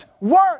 work